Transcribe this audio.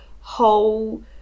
whole